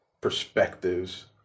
perspectives